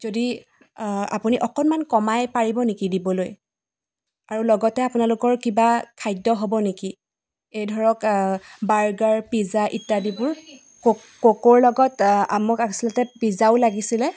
যদি আপুনি অকণমান কমাই পাৰিব নেকি দিবলৈ আৰু লগতে আপোনালোকৰ কিবা খাদ্য হ'ব নেকি এই ধৰক বাৰ্গাৰ পিজ্জা ইত্যাদিবোৰ ক'কৰ লগত আমাক আচলতে পিজ্জাও লাগিছিলে